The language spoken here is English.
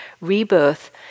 rebirth